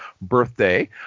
birthday